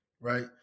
right